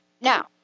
Now